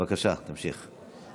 בבקשה, תמשיך.